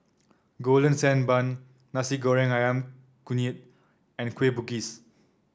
Golden Sand Bun Nasi Goreng ayam Kunyit and Kueh Bugis